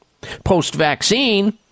Post-vaccine